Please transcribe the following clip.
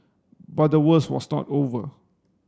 but the worst was not over